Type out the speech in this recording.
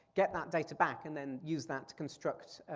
get that data back and then use that to construct